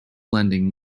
lending